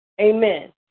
Amen